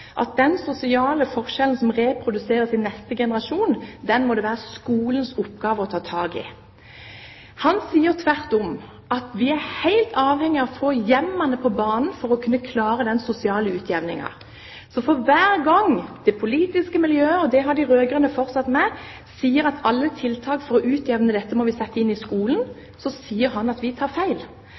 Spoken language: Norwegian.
i den sosiale forskjellen som reproduseres i neste generasjon. Han sier tvert om at vi er helt avhengige av å få hjemmene på banen for å kunne klare den sosiale utjevningen. Så for hver gang det politiske miljøet sier – og det fortsetter de rød-grønne med – at alle tiltakene for å utjevne dette må settes inn i skolen, sier han at vi tar feil.